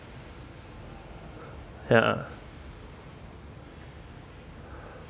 ya